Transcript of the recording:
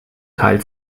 teil